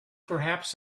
perhaps